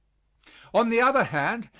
on the other hand,